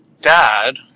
dad